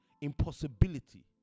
impossibility